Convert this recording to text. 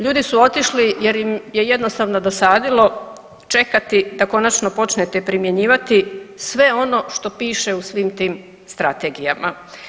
Ljudi su otišli jer im je jednostavno dosadilo čekati da konačno počnete primjenjivati sve ono što piše u svim tim strategijama.